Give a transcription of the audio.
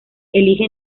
elige